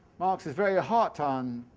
marx is very hot on